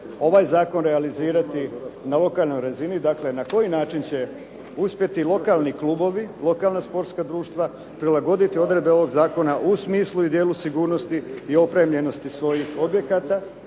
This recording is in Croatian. ovaj zakon realizirati na lokalnoj razini, dakle na koji način će uspjeti lokalni klubovi, lokalna sportska društva, prilagoditi odredbe ovog zakona u smislu i dijelu sigurnosti i opremljenosti svojih objekata,